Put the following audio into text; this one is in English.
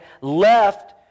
left